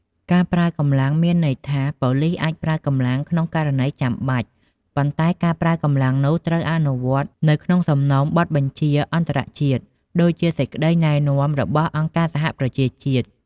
ការប្រើកម្លាំង មានន័យថា ប៉ូលីសអាចប្រើកម្លាំងក្នុងករណីចាំបាច់ ប៉ុន្តែការប្រើកម្លាំងនោះត្រូវអនុវត្តនៅក្នុងសំណុំបទបញ្ជាអន្តរជាតិ ដូចជាសេចក្តីណែនាំរបស់អង្គការសហប្រជាជាតិ។